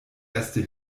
erste